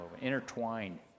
intertwined